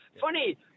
Funny